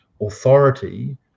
authority